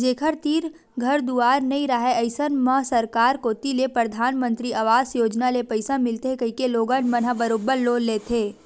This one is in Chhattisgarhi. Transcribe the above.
जेखर तीर घर दुवार नइ राहय अइसन म सरकार कोती ले परधानमंतरी अवास योजना ले पइसा मिलथे कहिके लोगन मन ह बरोबर लोन लेथे